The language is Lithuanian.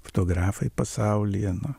fotografai pasaulyje na